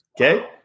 okay